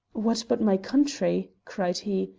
what but my country! cried he,